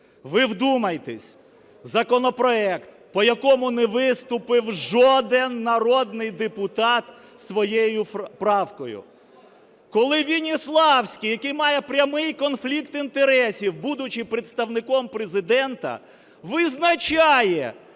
Ви вдумайтесь, законопроект, по якому не виступив жоден народний депутат зі своєю правкою. Коли Веніславський, який має прямий конфлікт інтересів, будучи Представником Президента, визначає,